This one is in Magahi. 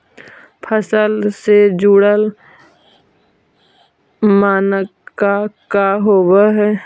फसल से जुड़ल मानक का का होव हइ?